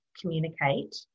communicate